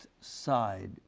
side